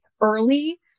early